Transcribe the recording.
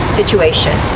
situation